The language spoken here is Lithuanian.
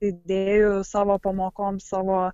idėjų savo pamokom savo